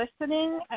listening